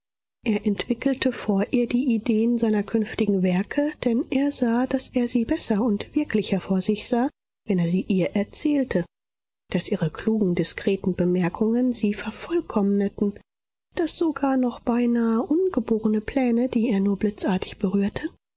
er entwickelte vor ihr die ideen seiner künftigen werke denn er sah daß er sie besser und wirklicher vor sich sah wenn er sie ihr erzählte daß ihre klugen diskreten bemerkungen sie vervollkommneten daß sogar noch beinahe ungeborene pläne die er nur blitzartig berührte